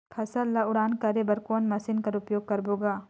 फसल ल उड़ान करे बर कोन मशीन कर प्रयोग करबो ग?